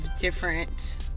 different